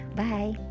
bye